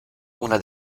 una